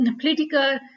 political